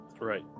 right